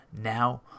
Now